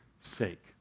sake